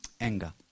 Anger